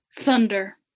Thunder